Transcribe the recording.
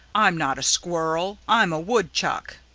i'm not a squirrel i'm a woodchuck,